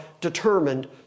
determined